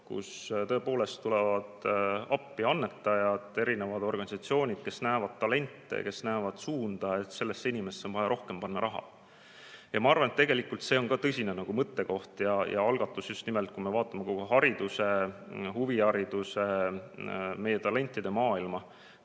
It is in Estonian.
kus tõepoolest tulevad appi annetajad, organisatsioonid, kes näevad talente, kes näevad suunda ja seda, kellesse on vaja rohkem panna raha. Ma arvan, et tegelikult see on ka tõsine mõttekoht ja algatus, just nimelt, kui me vaatame kogu hariduse, huvihariduse ja meie talentide maailma.